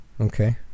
Okay